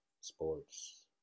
sports